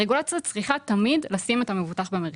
הרגולציה צריכה תמיד לשים את המבוטח במרכז.